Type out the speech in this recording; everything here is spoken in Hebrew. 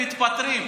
מתפטרים.